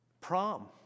prom